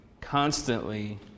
constantly